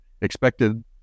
expected